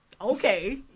Okay